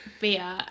beer